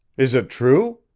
is it true?